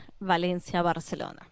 Valencia-Barcelona